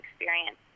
experience